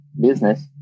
business